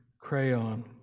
crayon